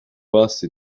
base